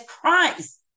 Christ